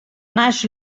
naix